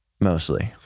mostly